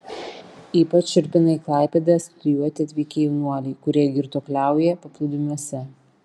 ypač šiurpina į klaipėdą studijuoti atvykę jaunuoliai kurie girtuokliauja paplūdimiuose